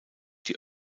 die